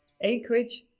acreage